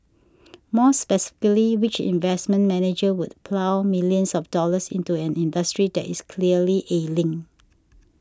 more specifically which investment manager would plough millions of dollars into an industry that is clearly ailing